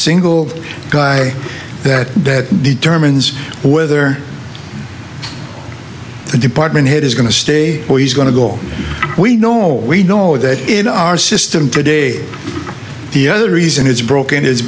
single guy that determines whether the department head is going to stay or he's going to go we know we know that in our system today the other reason it's broken is